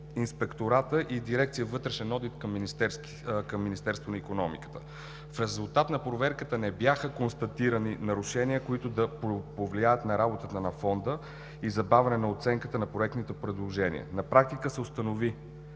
Инспектората и от дирекция „Вътрешен одит“ към Министерството на икономиката. В резултат на проверката не бяха констатирани нарушения, които да повлияят на работата на Фонда и на забавяне на оценката на проектните предложения. На практика се установи,